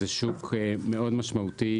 זה שוק מאוד משמעותי,